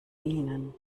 ihnen